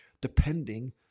depending